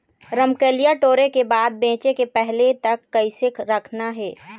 रमकलिया टोरे के बाद बेंचे के पहले तक कइसे रखना हे?